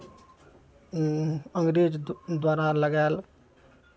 अंग्रेज दु द्वारा लगायल